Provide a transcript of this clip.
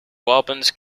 robins